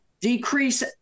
decrease